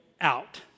out